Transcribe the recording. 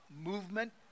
movement